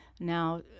now